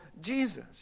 Jesus